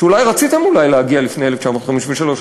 שאולי רציתם להגיע לפני 1953,